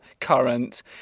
current